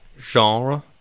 genre